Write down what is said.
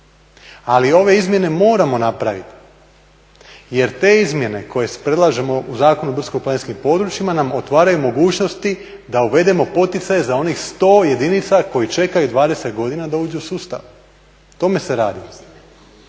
Ali ove izmjene moramo napraviti, jer te izmjene koje predlažemo u Zakonu o brdsko-planinskim područjima nam otvaraju mogućnosti da uvedemo poticaje za onih sto jedinica koji čekaju 20 godina da uđu u sustav. O tome se radi.